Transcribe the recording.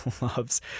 loves